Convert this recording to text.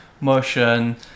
motion